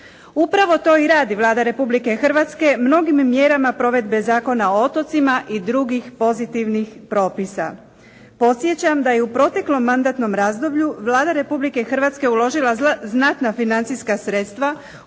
Upravo to i radi Vlada Republike Hrvatske mnogim mjerama provedbe Zakona o otocima i drugih pozitivnih propisa. Podsjećam da je u proteklom mandatnom razdoblju Vlada Republike Hrvatske uložila znatna financijska sredstva